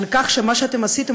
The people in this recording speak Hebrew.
מה שעשיתם,